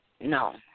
no